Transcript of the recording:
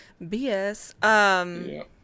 bs